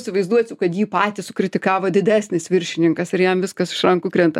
įsivaizduosiu kad jį patį sukritikavo didesnis viršininkas ir jam viskas iš rankų krenta